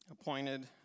appointed